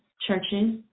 churches